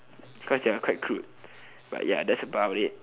cause they are quite crude but ya that's about it